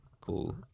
cool